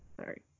Sorry